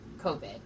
COVID